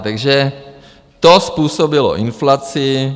Takže to způsobilo inflaci.